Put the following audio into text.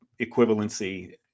equivalency